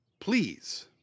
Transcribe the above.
Please